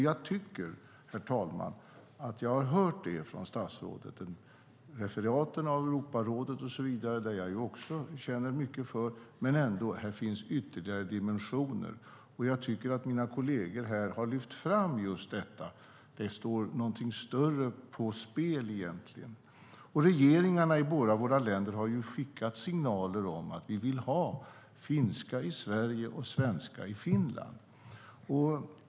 Jag tycker, herr talman, att jag hört det från statsrådet, med referaten från Europarådet och så vidare som jag också känner mycket för, men här finns ändå ytterligare dimensioner. Jag tycker också att mina kolleger har lyft fram just detta: Det står egentligen något större på spel. Regeringarna i våra båda länder har skickat signaler om att vi vill ha finska i Sverige och svenska i Finland.